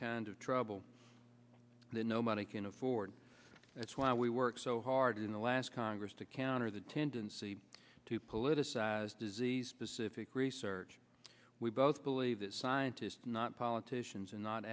kind of trouble that nobody can afford that's why we work so hard in the last congress to counter the tendency to politicize disease specific research we both believe that scientists not politicians and not